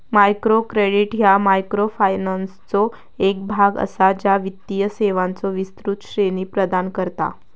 micro credit ह्या मायक्रोफायनान्सचो एक भाग असा, ज्या वित्तीय सेवांचो विस्तृत श्रेणी प्रदान करता